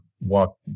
walk